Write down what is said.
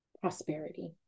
prosperity